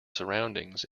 surroundings